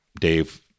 Dave